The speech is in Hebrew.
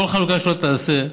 כל חלוקה שלא תעשה,